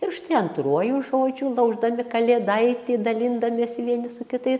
ir štai antruoju žodžiu lauždami kalėdaitį dalindamiesi vieni su kitai